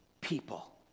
people